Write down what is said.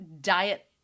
diet